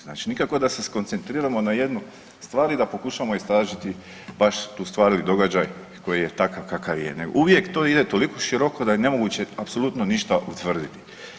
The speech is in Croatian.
Znači nikako da se skoncentriramo na jednu stvar i da pokušamo istražiti baš tu stvar i događaj koji je takav kakav je, nego uvijek to ide toliko široko da je nemoguće apsolutno ništa utvrditi.